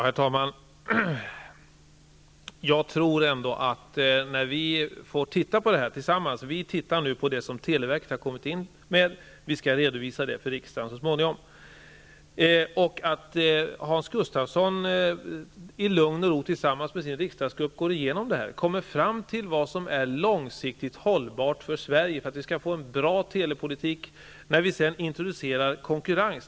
Herr talman! Vi skall nu titta på det som televerket har kommit in med. Vi skall redovisa det för riksdagen så småningom. Sedan kan Hans Gustafsson i lugn och ro tillsammans med sin riksagsgrupp gå igenom det och försöka komma fram till vad som långsiktigt är hållbart för att vi skall få en bra telepolitik i Sverige när vi introducerar konkurrens.